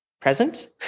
present